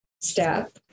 step